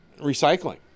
recycling